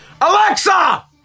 Alexa